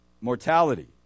mortality